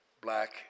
black